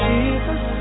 Jesus